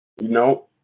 No